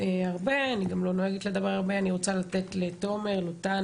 אני רוצה להעביר את רשות הדיבור לתומר לוטן,